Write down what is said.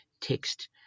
text